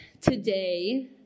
today